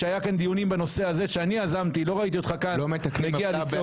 היו כאן דיונים שאני יזמתי בנושא הזה ולא ראיתי אותך כאן מגיע לצעוק.